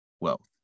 wealth